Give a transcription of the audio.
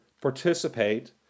participate